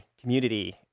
community